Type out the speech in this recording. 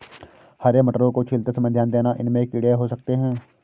हरे मटरों को छीलते समय ध्यान देना, इनमें कीड़े हो सकते हैं